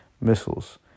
Missiles